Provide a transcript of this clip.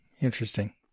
interesting